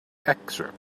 excerpt